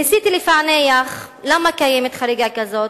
ניסיתי לפענח למה קיימת חריגה כזאת.